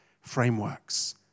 frameworks